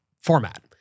format